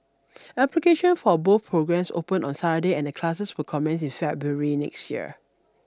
application for both programs opened on Saturday and classes will commence in February next year